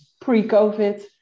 pre-COVID